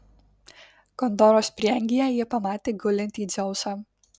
kontoros prieangyje ji pamatė gulintį dzeusą